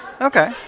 Okay